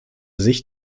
sicht